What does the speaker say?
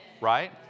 right